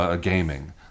gaming